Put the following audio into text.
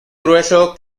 grueso